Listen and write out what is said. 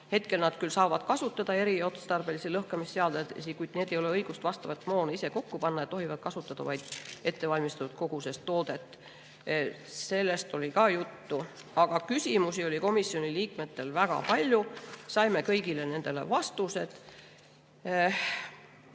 Hetkel nad saavad küll kasutada eriotstarbelisi lõhkamisseadeldisi, kuid neil ei ole õigust vastavalt moon ise kokku panna. Nad tohivad kasutada vaid ettevalmistatud koguses toodet. Sellest oli ka juttu. Aga küsimusi oli komisjoni liikmetel väga palju. Saime kõigile nendele vastused.